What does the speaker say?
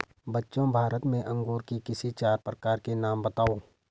बच्चों भारत में अंगूर के किसी चार प्रकार के नाम बताओ?